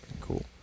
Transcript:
Cool